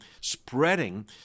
spreading